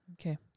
Okay